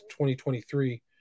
2023